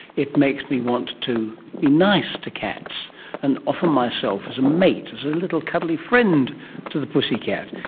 it makes me want to be nice to cats and offer myself as a mate, as a little cuddly friend to the pussycat,